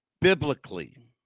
biblically